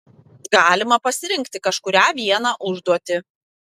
galima pasirinkti kažkurią vieną užduotį